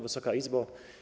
Wysoka Izbo!